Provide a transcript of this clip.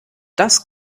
das